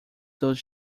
those